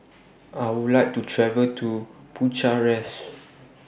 I Would like to travel to Bucharest